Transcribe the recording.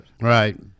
Right